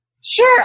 Sure